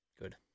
Good